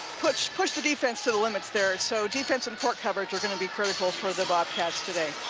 push push the defense to the limits there so defense and court coverage are going to be critical for thebobcats today.